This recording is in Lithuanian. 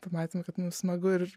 pamatėm kad mums smagu ir